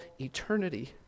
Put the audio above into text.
eternity